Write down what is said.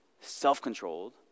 self-controlled